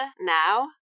now